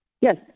Yes